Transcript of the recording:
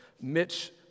Mitch